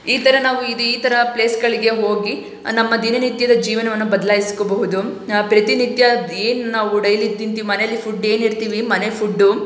ಈ ಥರ ನಾವು ಇದು ಈ ಥರ ಪ್ಲೇಸ್ಗಳಿಗೆ ಹೋಗಿ ನಮ್ಮ ದಿನನಿತ್ಯದ ಜೀವನವನ್ನು ಬದಲಾಯ್ಸ್ಕೊಬಹುದು ಪ್ರತಿನಿತ್ಯ ಏನು ನಾವು ಡೈಲಿ ತಿಂತೀವಿ ಮನೆಯಲ್ಲಿ ಫುಡ್ ಏನು ಇರ್ತೀವಿ ಮನೆ ಫುಡ್ಡು